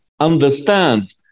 understand